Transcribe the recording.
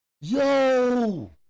Yo